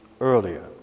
earlier